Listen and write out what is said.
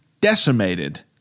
decimated